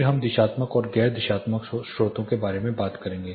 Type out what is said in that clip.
फिर हम दिशात्मक और गैर दिशात्मक स्रोतों के बारे में बात करेंगे